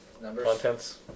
contents